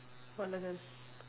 what lesson